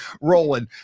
rolling